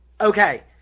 Okay